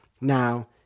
Now